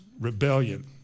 rebellion